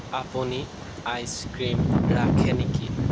আপুনি ice cream ৰাখে নেকি